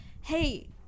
hey